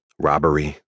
robbery